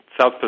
South